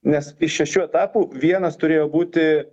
nes iš šešių etapų vienas turėjo būti